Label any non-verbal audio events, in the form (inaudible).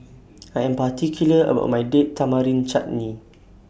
(noise) I Am particular about My Date Tamarind Chutney